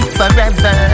forever